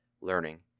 learning